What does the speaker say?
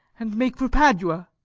and make for padua.